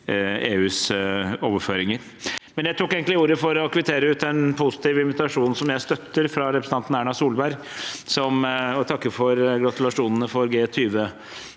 EUs overføringer. Jeg tok egentlig ordet for å kvittere ut en positiv invitasjon, som jeg støtter, fra representanten Erna Solberg og takker for gratulasjonene med